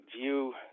view